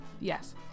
Yes